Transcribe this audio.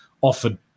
offered